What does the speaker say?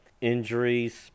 injuries